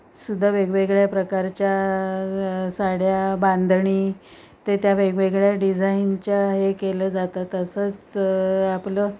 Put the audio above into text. सुद्धा वेगवेगळ्या प्रकारच्या साड्या बांधणी ते त्या वेगवेगळ्या डिझाईनच्या हे केलं जातं तसंच आपलं